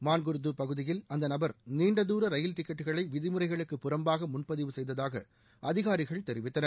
மான்குர்து பகுதியில் அந்த நபர் நீண்டதூர ரயில் டிக்கெட்டுகளை விதிமுறைகளுக்கு புறம்பாக முன்பதிவு செய்ததாக அதிகாரிகள் தெரிவித்தனர்